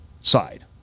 side